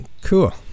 cool